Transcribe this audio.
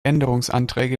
änderungsanträge